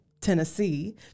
Tennessee